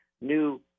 new